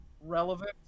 relevant